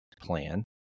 plan